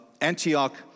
Antioch